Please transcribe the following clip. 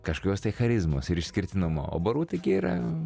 kažkokios tai charizmos ir išskirtinumo o barų taigi yra